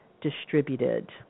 distributed